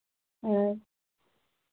हाँ